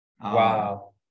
Wow